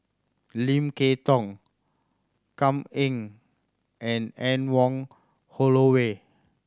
Lim Kay Tong Kam Ning and Anne Wong Holloway